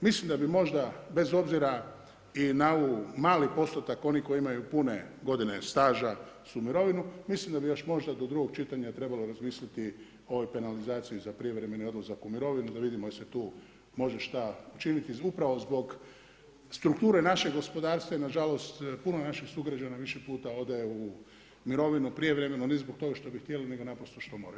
Mislim da bi možda bez obzira i na ovu mali postotak onih koji imaju pune godine staža za mirovinu, mislim da bi još možda do drugog čitanja trebalo razmisliti o ovoj penalizaciji za prijevremeni odlazak u mirovinu da vidimo jel se tu može šta učiniti upravo zbog strukture našeg gospodarstva i na žalost puno naših sugrađana više puta ode u mirovinu prijevremenu ne zbog toga što bi htjeli, nego naprosto što moraju.